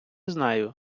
знаю